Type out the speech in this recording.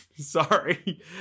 Sorry